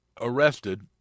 arrested